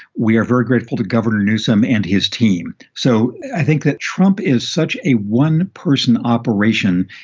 we are very grateful to governor newsom and his team. so i think that trump is such a one person operation.